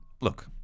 look